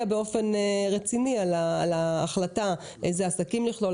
באופן רציני על ההחלטה אילו עסקים לכלול,